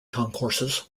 concourses